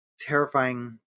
terrifying